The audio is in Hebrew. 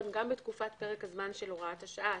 גם בתקופת פרק הזמן של הוראת השעה,